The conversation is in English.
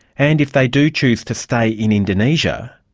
and if they do choose to stay in indonesia,